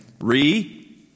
Re